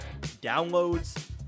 downloads